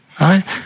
Right